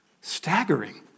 staggering